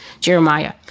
Jeremiah